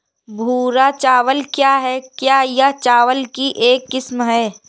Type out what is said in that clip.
भूरा चावल क्या है? क्या यह चावल की एक किस्म है?